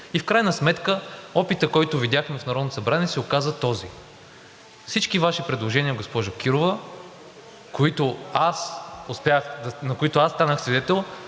В крайна сметка опитът, който видяхме в Народното събрание, се оказа този – всички Ваши предложения, госпожо Кирова, на които аз станах свидетел,